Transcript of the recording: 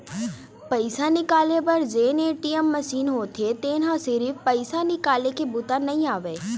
पइसा निकाले बर जेन ए.टी.एम मसीन होथे तेन ह सिरिफ पइसा निकाले के बूता नइ आवय